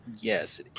Yes